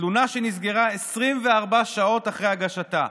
תלונה שנסגרה 24 שעות אחרי הגשתה,